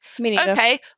okay